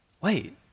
wait